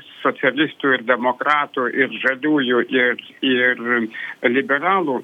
socialistų ir demokratų ir žaliųjų ir ir liberalų